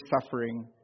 suffering